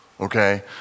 Okay